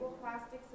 plastics